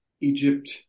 Egypt